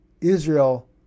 Israel